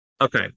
Okay